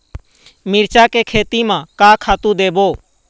मिरचा के खेती म का खातू देबो?